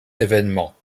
événements